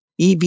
EV